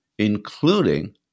including